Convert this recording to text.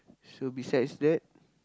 so besides that